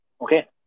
Okay